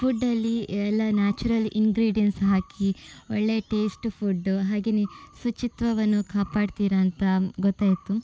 ಫುಡ್ಡಲ್ಲಿ ಎಲ್ಲ natural ingredients ಹಾಕಿ ಒಳ್ಳೆಯ ಟೇಸ್ಟ್ ಫುಡ್ಡು ಹಾಗೆಯೇ ಶುಚಿತ್ವವನ್ನು ಕಾಪಾಡ್ತಿರಾ ಅಂತ ಗೊತ್ತಾಯಿತು